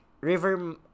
River